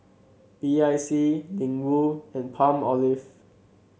B I C Ling Wu and Palmolive